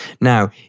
Now